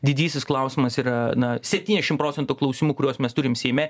didysis klausimas yra na septyniasdešim procentų klausimų kuriuos mes turim seime